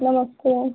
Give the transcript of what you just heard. नमस्ते